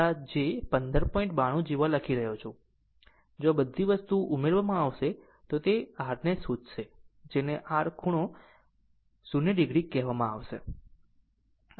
92 જેવા લખી રહ્યો છું જો આ બધી વસ્તુ ઉમેરવામાં આવશે તો તે r ને શોધશે જેને r 100 ખૂણો 0 o કહેવામાં આવશે